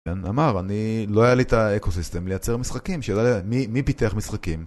אמר, אני לא היה לי את האקוסיסטם לייצר משחקים, שלא, מי פיתח משחקים?